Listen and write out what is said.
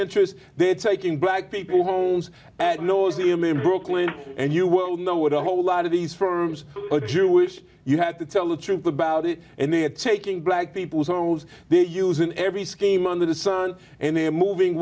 interest they're taking black people homes and knows him in brooklyn and you will know what a whole lot of these firms are jewish you had to tell the truth about it and they are taking black people's own lives they use in every scheme under the sun and they are moving